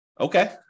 Okay